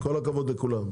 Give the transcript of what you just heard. עם כל הכבוד לכולם.